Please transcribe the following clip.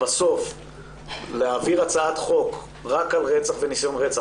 בסוף להעביר הצעת חוק רק על רצח וניסיון רצח